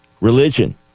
religion